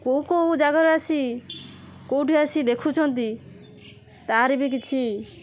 କେଉଁ କେଉଁ ଜାଗାରୁ ଆସି କେଉଁଠୁ ଆସି ଦେଖୁଛନ୍ତି ତାର ବି କିଛି